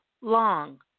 long